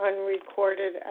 unrecorded